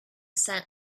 scent